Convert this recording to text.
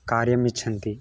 कार्यम् इच्छन्ति